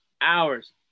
hours